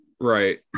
Right